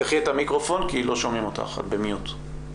קודם כל תודה רבה שאתה מעלה את הנושא החשוב